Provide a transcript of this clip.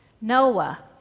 Noah